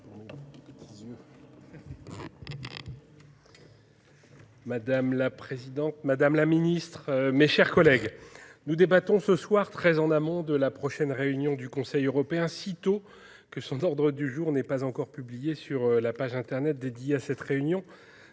Madame la présidente, madame la secrétaire d'État, mes chers collègues, nous débattons ce soir très en amont de la prochaine réunion du Conseil européen, alors même que son ordre du jour n'est pas encore publié sur la page internet qui est lui